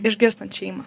išgirstant šeimą